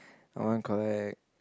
I want collect